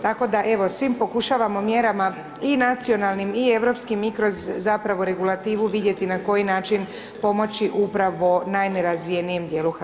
Tako da evo, svim pokušavamo mjerama i nacionalnim i europskim i kroz zapravo regulativu vidjeti na koji način pomoći upravo najnerazvijenijem djelu Hrvatske.